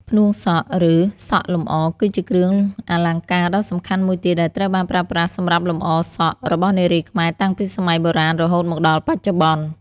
ផ្នួងសក់ ឬសក់លម្អ គឺជាគ្រឿងអលង្ការដ៏សំខាន់មួយទៀត ដែលត្រូវបានប្រើប្រាស់សម្រាប់លម្អ សក់ របស់នារីខ្មែរតាំងពីសម័យបុរាណរហូតមកដល់បច្ចុប្បន្ន។